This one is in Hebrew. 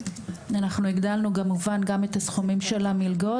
אנחנו הגדלנו כמובן גם את הסכומים של המלגות,